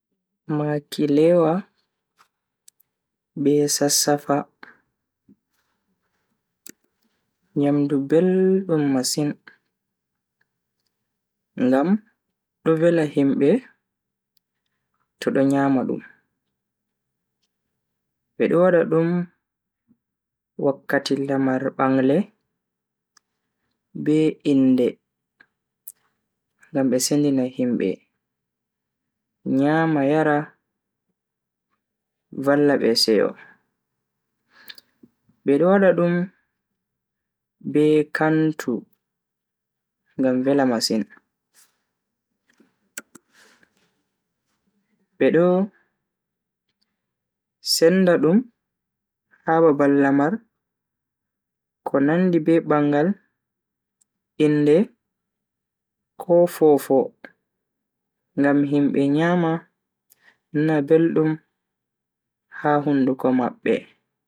Makilewa, be sassafa. Nyamdu beldum masin ngam do vela himbe to do nyama dum. Bedo wada dum wakkati lamar bangle be inde ngam be sendina himbe nyama yara valla be seyo. Be do wada dum be kantu ngam vela masin. Bedo senda dum ha babal lamar ko nandi be bangal, inde ko fofo ngam himbe nyama nana beldum ha hunduko mabbe.